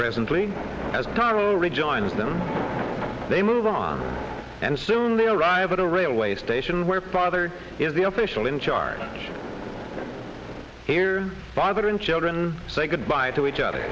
carl rejoins them they move on and soon they arrive at a railway station where father is the official in charge here bothering children say goodbye to each other